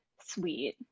sweet